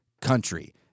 country